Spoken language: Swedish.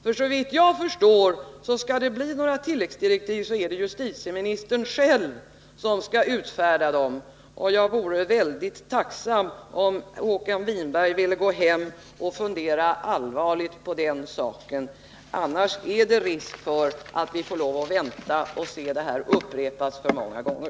För om det skall bli några tilläggsdirektiv är det, såvitt jag förstår, justitieministern själv som skall utfärda dem, och jag vore väldigt tacksam om Håkan Winberg ville gå hem och fundera allvarligt på den saken. Annars är det risk för att vi får lov att vänta och får se det här upprepas för många gånger.